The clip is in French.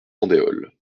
andéol